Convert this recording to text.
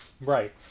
Right